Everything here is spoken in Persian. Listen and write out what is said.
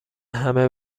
همه